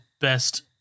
Best